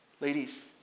Ladies